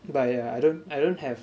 but yeah I don't I don't have